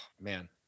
Man